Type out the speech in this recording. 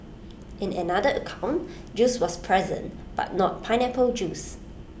in another account juice was present but not pineapple juice